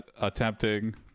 attempting